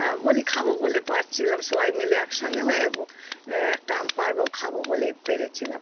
তা বলি খাবো বলে পাড়ছিলাম সবাই মিলে একসঙ্গে হয়ে একটা আম পাড়বো খাবো বলে পেড়েছিলাম